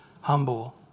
humble